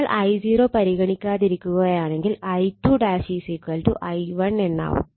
നമ്മൾ I0 പരിഗണിക്കാതിരിക്കുകയാണെങ്കിൽ I2 I1 എന്നാവും